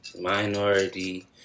minority